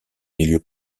milieu